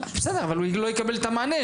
בסדר, אבל הוא לא יקבל את המענה.